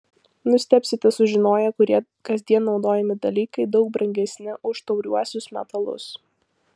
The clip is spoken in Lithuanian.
nustebsite sužinoję kurie kasdien naudojami dalykai daug brangesni už tauriuosius metalus